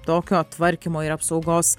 tokio tvarkymo ir apsaugos